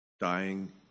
dying